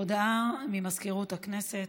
הודעה ממזכירות הכנסת,